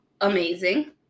Amazing